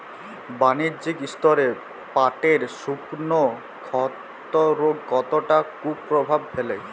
বাণিজ্যিক স্তরে পাটের শুকনো ক্ষতরোগ কতটা কুপ্রভাব ফেলে?